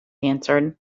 answered